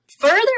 further